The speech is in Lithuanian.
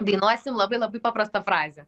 dainuosim labai labai paprastą frazę